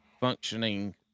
functioning